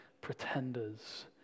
pretenders